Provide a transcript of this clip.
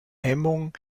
hemmung